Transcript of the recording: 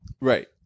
Right